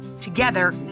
Together